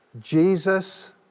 Jesus